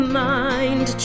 mind